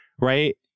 right